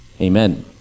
amen